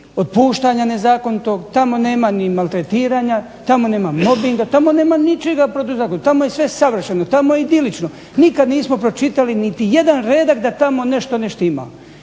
otpuštanja nezakonitog, tamo nema maltretiranja, tamo nema mobbinga, tamo je sve savršeno, tamo je idilično. Nikada nismo pročitali ni jedan redak da tamo nešto ne štima.